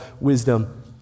wisdom